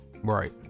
Right